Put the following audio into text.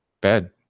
bed